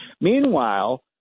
Meanwhile